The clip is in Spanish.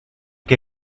que